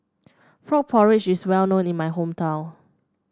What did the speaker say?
Frog Porridge is well known in my hometown